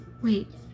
wait